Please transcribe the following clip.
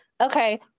okay